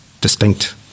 distinct